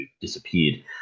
disappeared